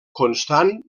constant